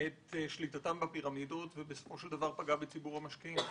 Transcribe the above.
את שליטתם בפירמידות ובסופו של דבר פגע בציבור המשקיעים?